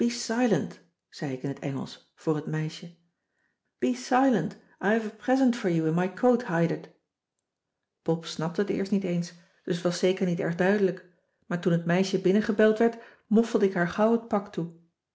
zei ik in t engelsch voor het meisje be silent i have a present for you in my coat hided pop snapte t eerst niet eens dus t was zeker niet erg duidelijk maar toen t meisje binnengebeld werd moffelde ik haar gauw het pak toe